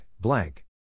blank